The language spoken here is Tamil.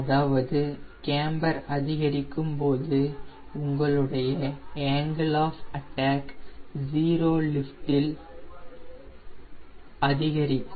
அதாவது கேம்பர் அதிகரிக்கும்போது உங்களுடைய ஆங்கில் ஆஃப் அட்டாக் ஜீரோ லிஃப்ட்டில் அதிகரிக்கும்